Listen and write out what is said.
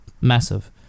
massive